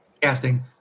Casting